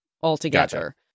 altogether